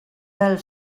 del